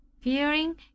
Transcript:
fearing